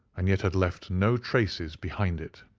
and yet had left no traces behind it.